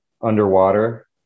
underwater